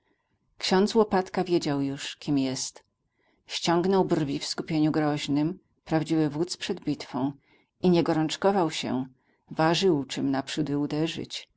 ksiądz łopatka wiedział już kim jest ściągnął brwi w skupieniu groźnym prawdziwy wódz przed bitwą i nie gorączkował się ważył czym naprzódy uderzyć